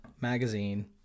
Magazine